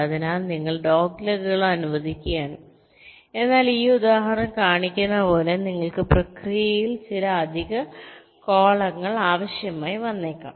അതിനാൽ നിങ്ങൾ ഡോഗ്ലെഗുകൾ അനുവദിക്കുകയാണ് എന്നാൽ ഈ ഉദാഹരണം കാണിക്കുന്നത് പോലെ നിങ്ങൾക്ക് പ്രക്രിയയിൽ ചില അധിക കോളങ്ങൾ ആവശ്യമായി വന്നേക്കാം